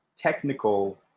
Technical